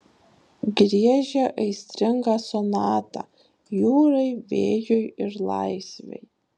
griežia aistringą sonatą jūrai vėjui ir laisvei